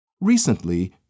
Recently